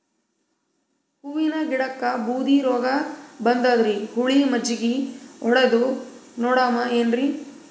ಹೂವಿನ ಗಿಡಕ್ಕ ಬೂದಿ ರೋಗಬಂದದರಿ, ಹುಳಿ ಮಜ್ಜಗಿ ಹೊಡದು ನೋಡಮ ಏನ್ರೀ?